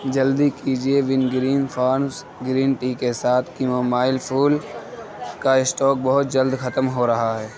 جلدی کیجیے Wingreens farms green tea کے ساتھ کیمومائیل پھول کا اسٹاک بہت جلد ختم ہو رہا ہے